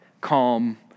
calm